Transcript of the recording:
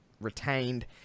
retained